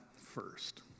first